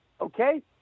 okay